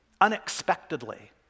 unexpectedly